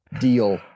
deal